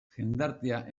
jendartea